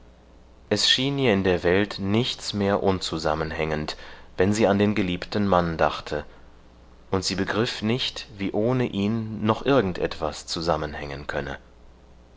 es schien ihr in der welt nichts mehr unzusammenhängend wenn sie an den geliebten mann dachte und sie begriff nicht wie ohne ihn noch irgend etwas zusammenhängen könne